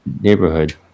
neighborhood